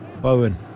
Bowen